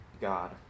God